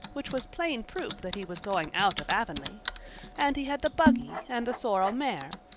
which was plain proof that he was going out of avonlea and he had the buggy and the sorrel mare,